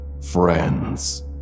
Friends